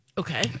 Okay